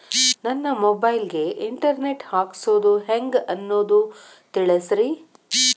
ನನ್ನ ಮೊಬೈಲ್ ಗೆ internet ಹಾಕ್ಸೋದು ಹೆಂಗ್ ಅನ್ನೋದು ತಿಳಸ್ರಿ